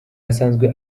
asanzwe